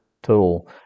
tool